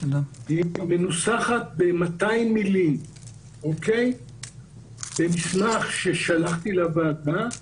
היא פה מנוסחת ב-200 מילים במסמך ששלחתי לוועדה,